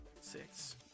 Six